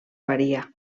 faria